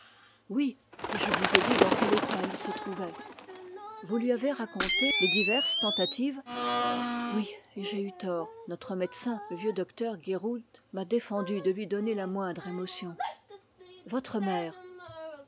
oui et je vous ai dit dans quel état il se trouvait vous lui avez raconté les diverses tentatives oui et j'ai eu tort notre médecin le vieux docteur guéroult m'a défendu de lui donner la moindre émotion votre mère